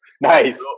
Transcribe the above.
Nice